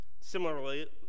Similarly